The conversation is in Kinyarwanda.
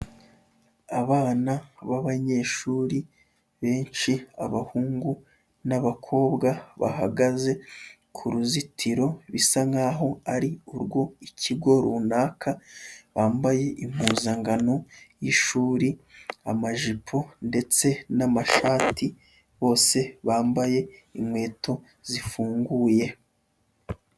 Abana b'abanyeshuri benshi, abahungu n'abakobwa bahagaze, ku ruzitiro bisa nk'aho ari urw'ikigo runaka, bambaye impuzangano y'ishuri, amajipo ndetse n'amashati, bose bambaye inkweto zifunguye.